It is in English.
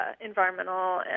environmental